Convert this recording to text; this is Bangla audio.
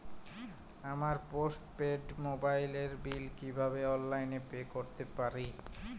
আমার পোস্ট পেইড মোবাইলের বিল কীভাবে অনলাইনে পে করতে পারি?